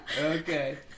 Okay